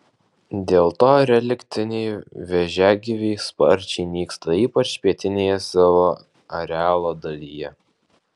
dėl to reliktiniai vėžiagyviai sparčiai nyksta ypač pietinėje savo arealo dalyje